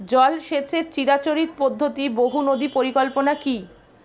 জল সেচের চিরাচরিত পদ্ধতি বহু নদী পরিকল্পনা কি?